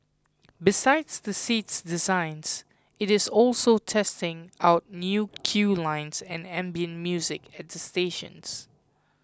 besides the seats designs it is also testing out new queue lines and ambient music at the stations